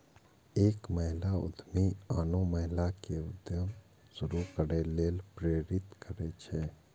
एक महिला उद्यमी आनो महिला कें उद्यम शुरू करै लेल प्रेरित करै छै